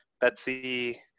betsy